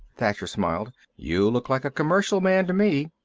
thacher smiled. you look like a commercial man, to me.